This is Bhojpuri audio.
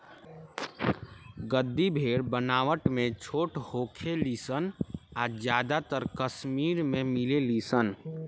गद्दी भेड़ बनावट में छोट होखे ली सन आ ज्यादातर कश्मीर में मिलेली सन